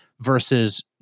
versus